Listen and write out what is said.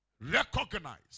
Recognize